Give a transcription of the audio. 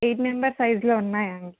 eight member సైజ్లో ఉన్నాయండి